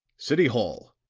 city hall,